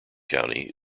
county